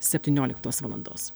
septynioliktos valandos